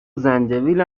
زنجبیل